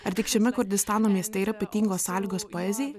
ar tik šiame kurdistano mieste yra ypatingos sąlygos poezijai